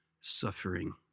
suffering